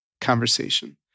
conversation